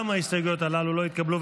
גם ההסתייגויות הללו לא התקבלו.